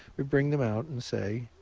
we bring them out and say,